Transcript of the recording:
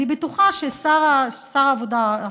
אני בטוחה ששר העבודה,